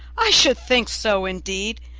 i should think so indeed!